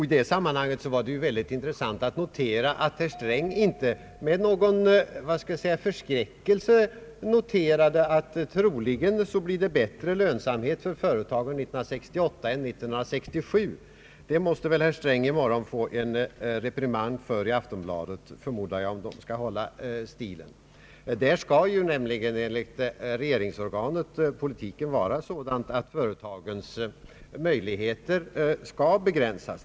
I detta sammanhang var det mycket intressant att notera att herr Sträng inte med förskräckelse konstaterade att det troligen blir bättre lönsamhet för företagen år 1968 än år 1967. Jag förmodar att herr Sträng kommer att få en reprimand för det i Aftonbladet i morgon, om tidningen skall hålla stilen. Där skall ju nämligen enligt regeringsorganet politiken vara sådan att företagens möjligheter skall begränsas.